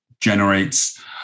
generates